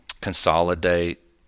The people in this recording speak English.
consolidate